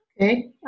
okay